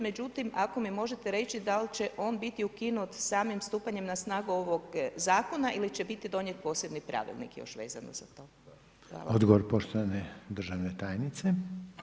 Međutim, ako mi možete reći da li će on biti ukinut samim stupanjem na snagu ovog Zakona ili će biti donijet posebni pravilnik još vezano za to?